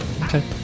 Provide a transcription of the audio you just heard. okay